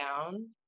down